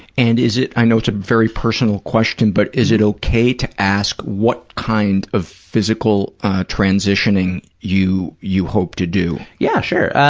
and is it, i know it's a very personal question, but is it okay to ask what kind of physical transitioning you you hope to do? yeah, sure.